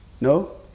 No